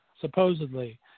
supposedly